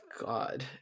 God